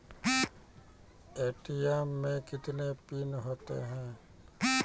ATM मे कितने pin होता हैं?